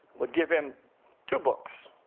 would give him two books,